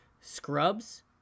Scrubs